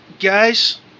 Guys